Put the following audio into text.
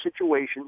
situations